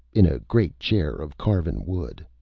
in a great chair of carven wood.